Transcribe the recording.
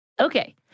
Okay